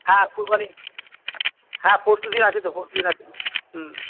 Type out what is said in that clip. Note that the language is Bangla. হ্যাঁ কুরবানি হ্যাঁ পরশু দিন আছে তো পরশু দিন আছে হুম